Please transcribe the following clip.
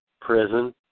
prison